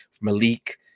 malik